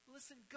Listen